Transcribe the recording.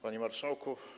Panie Marszałku!